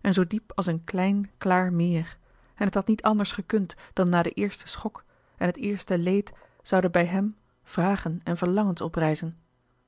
en zoo diep als een klein klaar meer en het had niet anders gekund dan na den eersten schok en het eerste leed zouden bij hèm vragen en verlangens oprijzen